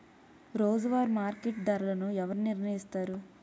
రోజువారి మార్కెట్ ధరలను ఎవరు నిర్ణయిస్తారు?